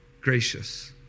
gracious